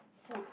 food